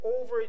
over